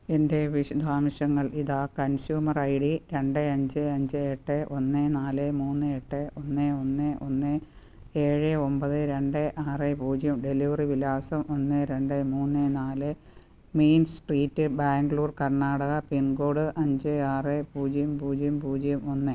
എൻ്റെ വിശദാംശങ്ങൾ ഇതാ കൺസ്യൂമർ ഐ ഡി രണ്ട് അഞ്ച് അഞ്ച് എട്ട് ഒന്ന് നാല് മൂന്ന് എട്ട് ഒന്ന് ഒന്ന് ഒന്ന് ഏഴ് ഒമ്പത് രണ്ട് ആറ് പൂജ്യം ഡെലിവറി വിലാസം ഒന്ന് രണ്ട് മൂന്ന് നാല് main street Bangalore Karnataka pincode അഞ്ച് ആറ് പൂജ്യം പൂജ്യം പൂജ്യം ഒന്ന്